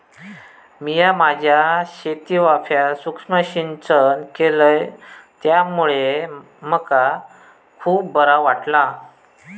मिया माझ्या शेतीवाफ्यात सुक्ष्म सिंचन केलय त्यामुळे मका खुप बरा वाटला